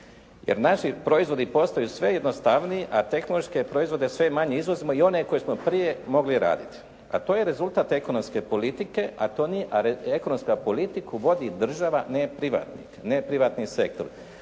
Jer naši proizvodi postaju sve jednostavniji, a tehnološke proizvode sve manje izvozimo i one koje smo prije mogli raditi. A to je rezultat ekonomske politike, a ekonomsku politiku vodi država, ne privatnik,